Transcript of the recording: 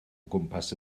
gwmpas